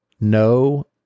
No